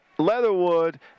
Leatherwood